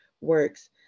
works